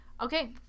okay